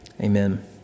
Amen